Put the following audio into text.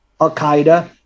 al-Qaeda